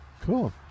Cool